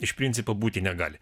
iš principo būti negali